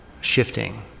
shifting